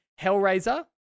Hellraiser